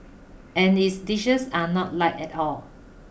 and its dishes are not light at all